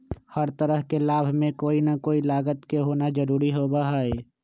हर तरह के लाभ में कोई ना कोई लागत के होना जरूरी होबा हई